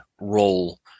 role